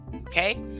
okay